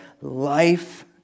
life